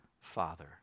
Father